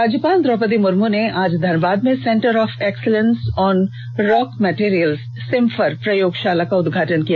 राज्यपाल द्रौपदी मुर्मू ने आज धनबाद में centre of excellence on rock materials CIMFR प्रयोगषाला का उद्घाटन किया